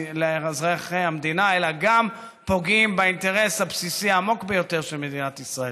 לאזרחי המדינה אלא גם פוגעים באינטרס הבסיסי העמוק ביותר של מדינת ישראל.